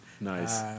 nice